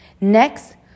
Next